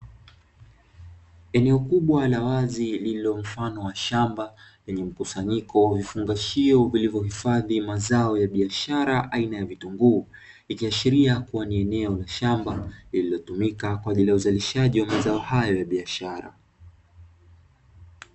Eneo kubwa la wazi lililo mfano wa shamba, lenye mkusanyiko wa vifungashio vilivyohifadhi mazao ya biashara aina ya vitunguu, ikiashiria kuwa ni eneo la shamba lililotumika kwaajili ya mazao hayo ya biashara.